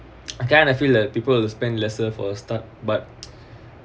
I kinda of feel like people will spend lesser for a start but